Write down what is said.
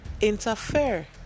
interfere